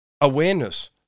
awareness